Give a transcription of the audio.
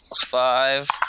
five